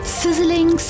sizzling